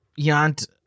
Yant